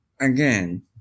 again